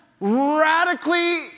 radically